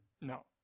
No